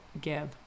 give